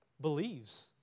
believes